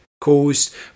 caused